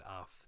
off